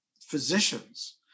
physicians